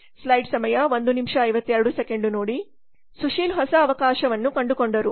ಸುಶೀಲ್ ಹೊಸ ಅವಕಾಶವನ್ನು ಕಂಡುಕೊಂಡರು